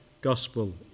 gospel